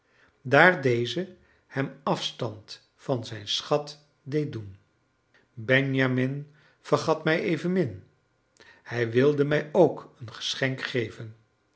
daar deze hem afstand van zijn schat deed doen benjamin vergat mij evenmin hij wilde mij ook een geschenk geven